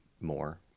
more